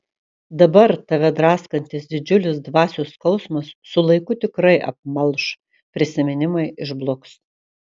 dabar tave draskantis didžiulis dvasios skausmas su laiku tikrai apmalš prisiminimai išbluks